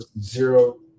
Zero